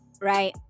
right